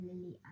Lily